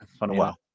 wow